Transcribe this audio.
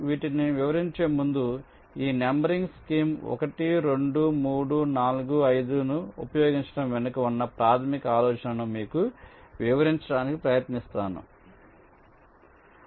వీటిని వివరించే ముందు ఈ నంబరింగ్ స్కీమ్ 1 2 3 4 5 ను ఉపయోగించడం వెనుక ఉన్న ప్రాథమిక ఆలోచనను మీకు వివరించడానికి ప్రయత్నిస్తాను